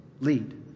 lead